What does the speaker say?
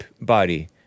body